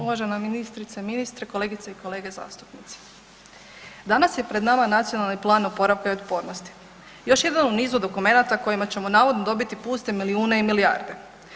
Uvažene, uvažena ministrice, ministre, kolegice i kolege zastupnici, danas je pred nama Nacionalni plan oporavka i otpornosti još jedan u nizu dokumenata kojima ćemo navodno dobiti puste milijune i milijarde.